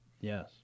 yes